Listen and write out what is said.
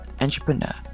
entrepreneur